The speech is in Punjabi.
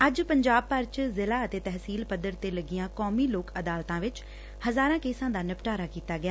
ਅੱਜ ਪੰਜਾਬ ਭਰ ਚ ਜ਼ਿਲ਼ਾ ਅਤੇ ਤਹਿਸੀਲ ਪੱਧਰ ਤੇ ਲੱਗੀਆਂ ਕੌਮੀ ਲੋਕ ਅਦਾਲਤਾਂ ਵਿਚ ਹਜ਼ਾਰਾਂ ਕੇਸਾਂ ਦਾ ਨਿਪਟਾਰਾ ਕੀਤਾ ਗਿਆ